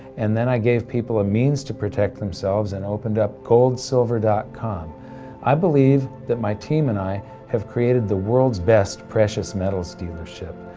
and then i gave people a means to protect themselves and opened up goldsilver dot com i believe that my team and i have created the world's best precious metals dealership,